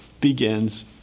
begins